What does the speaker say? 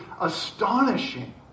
astonishing